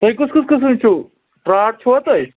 تۄہہِ کُس کُس قٕسٕم چھُو ترٛاٹ چھُوا تۄہہِ